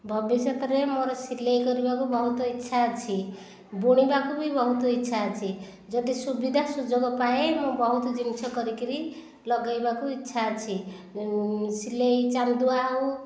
ଭବିଷ୍ୟତରେ ମୋ'ର ସିଲେଇ କରିବାକୁ ବହୁତ ଇଚ୍ଛା ଅଛି ବୁଣିବାକୁ ବି ବହୁତ ଇଚ୍ଛା ଅଛି ଯଦି ସୁବିଧା ସୁଯୋଗ ପାଏ ମୁଁ ବହୁତ ଜିନିଷ କରିକି ଲଗେଇବାକୁ ଇଚ୍ଛା ଅଛି ସିଲେଇ ଚାନ୍ଦୁଆ ହେଉ